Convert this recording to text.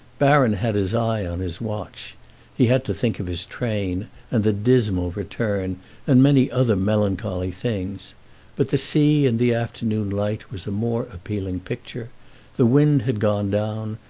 baron had his eye on his watch he had to think of his train and the dismal return and many other melancholy things but the sea in the afternoon light was a more appealing picture the wind had gone down,